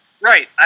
Right